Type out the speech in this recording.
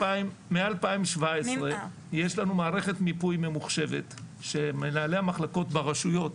יש לנו מ- 2017 מערכת מיפוי ממוחשבת שמנהלי המחלקות ברשויות